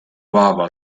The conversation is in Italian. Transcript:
papa